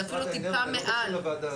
זה לא קשור לוועדה הזאת.